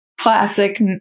classic